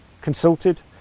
consulted